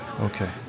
Okay